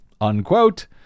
unquote